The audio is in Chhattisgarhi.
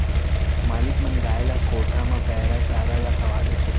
मालिक मन गाय ल कोठा म पैरा चारा ल खवा देथे